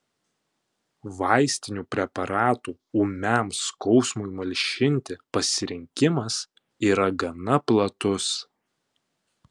vaistinių preparatų ūmiam skausmui malšinti pasirinkimas yra gana platus